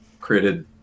created